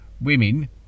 Women